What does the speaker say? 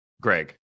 Greg